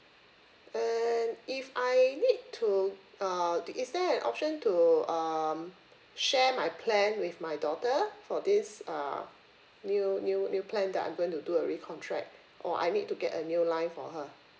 and if I need to uh the is there an option to um share my plan with my daughter for this uh new new new plan that I'm going to do a recontract or I need to get a new line for her